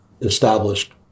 established